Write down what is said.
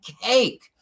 cake